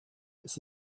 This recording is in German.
ist